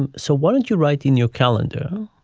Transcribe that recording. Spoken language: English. and so what did you write in your calendar?